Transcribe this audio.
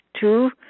two